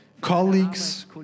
colleagues